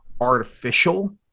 artificial